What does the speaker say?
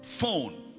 phone